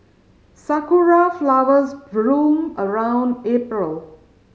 sakura flowers bloom around April